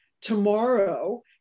tomorrow